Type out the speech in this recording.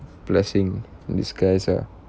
blessing in disguise ah